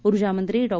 ऊर्जा मंत्री डॉ